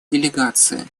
делегации